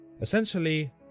Essentially